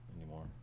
anymore